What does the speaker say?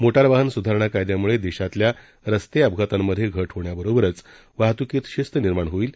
motor वाहन स्धारणा कायद्याम्ळे देशातल्या रस्ते अपघातांमध्ये घट होण्याबरोबरच वाहत्कीमध्ये शिस्त निर्माण होईल